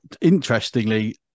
interestingly